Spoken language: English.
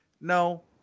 No